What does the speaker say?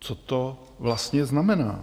Co to vlastně znamená?